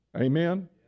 Amen